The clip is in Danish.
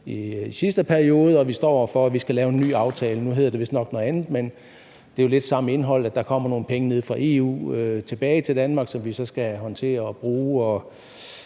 i sidste periode, og vi står over for at skulle lave en ny aftale. Nu hedder det vist nok noget andet, men det er jo lidt samme indhold: at der kommer nogle penge nede fra EU tilbage til Danmark, som vi så skal håndtere og bruge, og